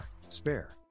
Spare